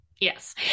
yes